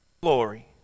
glory